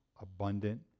abundant